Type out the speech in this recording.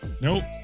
Nope